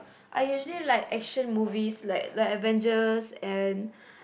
I usually like action movies like like Avengers and